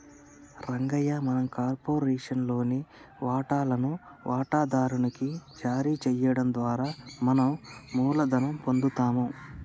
రంగయ్య మనం కార్పొరేషన్ లోని వాటాలను వాటాదారు నికి జారీ చేయడం ద్వారా మనం మూలధనం పొందుతాము